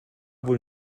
wohl